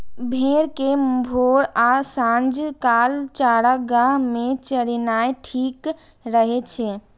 भेड़ कें भोर आ सांझ काल चारागाह मे चरेनाय ठीक रहै छै